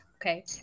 Okay